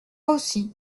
aussi